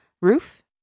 roof